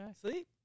Sleep